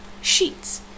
sheets